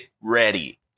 ready